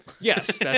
Yes